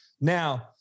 Now